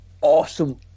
awesome